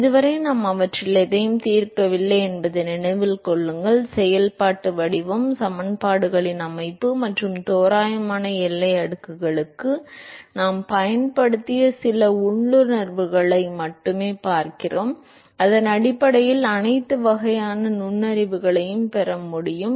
இதுவரை நாம் அவற்றில் எதையும் தீர்க்கவில்லை என்பதை நினைவில் கொள்ளுங்கள் செயல்பாட்டு வடிவம் சமன்பாடுகளின் அமைப்பு மற்றும் தோராயமான எல்லை அடுக்குக்கு நாம் பயன்படுத்திய சில உள்ளுணர்வுகளை மட்டுமே பார்க்கிறோம் அதன் அடிப்படையில் அனைத்து வகையான நுண்ணறிவுகளையும் பெற முடியும்